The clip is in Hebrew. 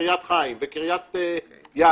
בקריית חיים, בקריית ים.